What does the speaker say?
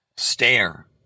stare